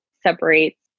separates